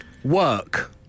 Work